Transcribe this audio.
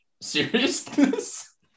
seriousness